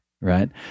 right